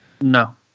No